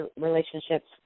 relationships